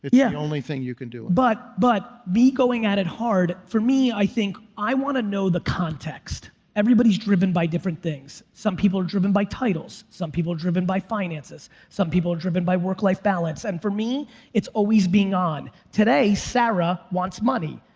it's yeah the only thing you can do. but but be going at it hard for me i think i want to know the context. everybody's driven by different things. some people are driven by titles. some people are driven by finances. some people are driven by work-life balance. and for me it's always being on today sarah wants money,